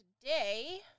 today